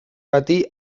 bati